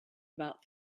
about